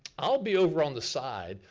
i'll be over on the side,